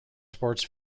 sports